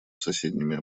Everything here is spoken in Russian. соседними